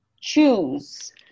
choose